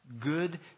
good